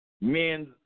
Men